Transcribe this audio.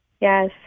Yes